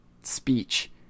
speech